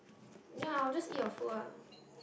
ya I will just eat your food lah